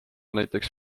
näiteks